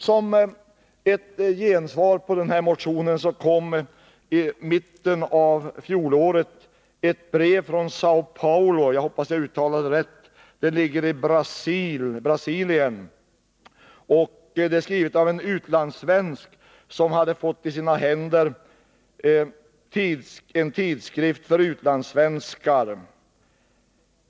Som ett gensvar på denna motion kom i mitten av fjolåret ett brev från Säo Paulo — jag hoppas jag uttalade det rätt — i Brasilien. Brevet är skrivet av en utlandssvensk som hade fått i sina händer en tidskrift för utlandssvenskar.